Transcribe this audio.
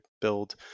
build